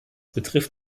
betrifft